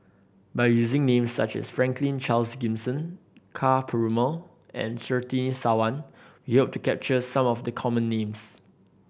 by using names such as Franklin Charles Gimson Ka Perumal and Surtini Sarwan we hope to capture some of the common names